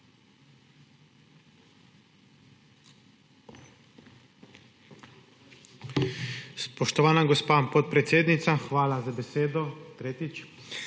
hvala za besedo.